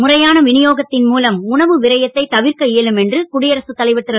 முறையான வினியோகத்தின் மூலம் உணவு விரயத்தைத் தவிர்க்க இயலும் என்று குடியரசுத் தலைவர் திரு